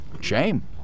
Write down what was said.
Shame